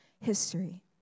history